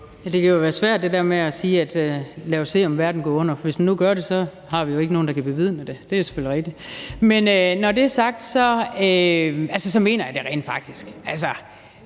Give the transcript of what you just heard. Støjberg (DD): Det der med, om verden går under, er svært, for hvis den nu gør det, har vi jo ikke nogen, der kan bevidne det. Det er selvfølgelig rigtigt. Men når det er sagt, mener jeg det rent faktisk.